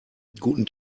guten